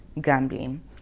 gambling